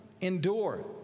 Endure